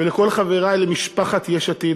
ולכל חברי למשפחת יש עתיד,